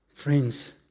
Friends